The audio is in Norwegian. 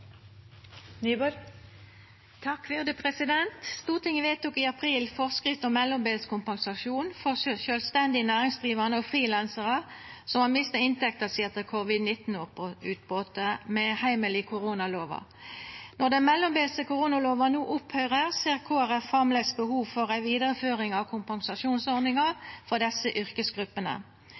Stortinget vedtok i april forskrift om mellombels kompensasjon for sjølvstendig næringsdrivande og frilansarar som har mista inntekta si etter covid-19-utbrotet, med heimel i koronalova. Når den mellombelse koronalova no opphøyrer, ser Kristeleg Folkeparti framleis behov for ei vidareføring av kompensasjonsordninga for desse yrkesgruppene.